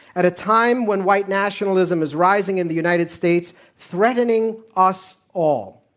at a time when white nationalism is rising in the united states, threatening us all,